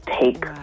take